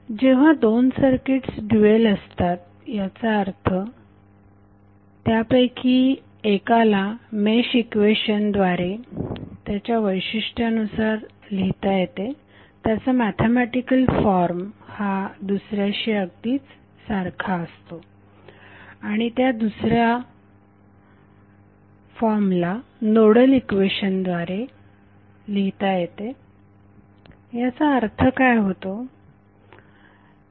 तर जेव्हा दोन सर्किट्स ड्युएल असतात याचा अर्थ त्यापैकी एकाला मेश इक्वेशन द्वारे त्याच्या वैशिष्ट्यानुसार लिहिता येते त्याचा मॅथेमॅटिकल फॉर्म हा दुसऱ्याशी अगदी सारखाच असतो आणि त्या दुसऱ्याला नोडल इक्वेशनद्वारे वैशिष्ट्यानुसार लिहिता येते याचा अर्थ काय होतो